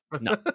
no